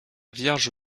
vierge